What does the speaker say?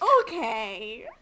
okay